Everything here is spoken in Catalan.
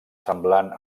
semblant